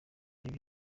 ibyo